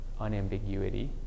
unambiguity